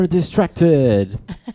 distracted